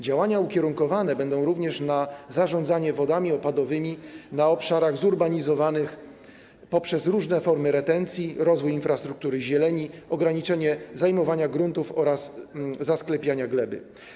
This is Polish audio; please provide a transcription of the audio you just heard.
Działania będą również ukierunkowane na zarządzanie wodami opadowymi na obszarach zurbanizowanych poprzez różne formy retencji, rozwój infrastruktury zieleni, ograniczenie zajmowania gruntów oraz zasklepiania gleby.